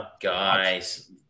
Guys